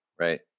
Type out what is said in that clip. Right